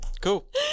Cool